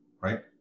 right